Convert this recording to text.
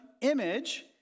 image